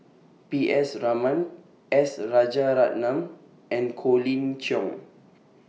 P S Raman S Rajaratnam and Colin Cheong